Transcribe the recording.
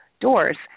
doors